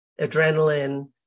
adrenaline